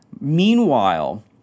Meanwhile